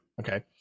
okay